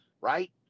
right